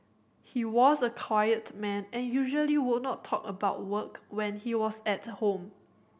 he was a quiet man and usually would not talk about work when he was at home